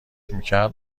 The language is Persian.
میکرد